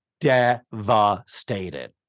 devastated